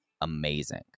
amazing